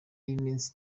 y’iminsi